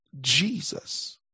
Jesus